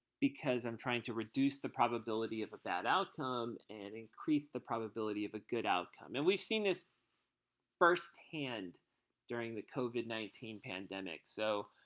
i'm trying to reduce the probability of a bad outcome and increase the probability of a good outcome. and we've seen this first-hand during the covid nineteen pandemic. so